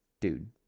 dude